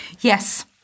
Yes